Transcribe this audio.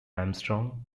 armstrong